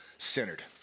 centered